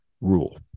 Rule